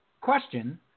Question